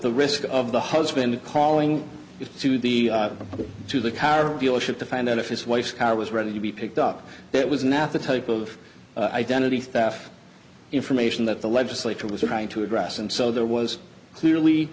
the risk of the husband calling in to the to the car dealership to find out if his wife's car was ready to be picked up that was not the type of identity theft information that the legislature was trying to address and so there was clearly